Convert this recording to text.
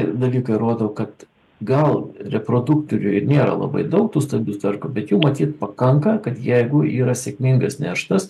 dalykai rodo kad gal reproduktorių ir nėra labai daug tų stambių starkų bet jų matyt pakanka kad jeigu yra sėkmingas neštas